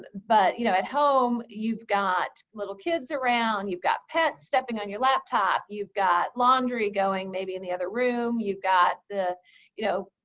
but you know at home, you've got little kids around. you've got pet stepping on your laptop. you've got laundry going maybe in the other room. you've got the you know,